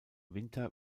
winter